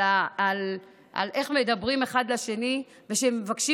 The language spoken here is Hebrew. על איך מדברים אחד עם השני ושהם מבקשים